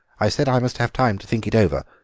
i said i must have time to think it over.